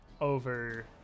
over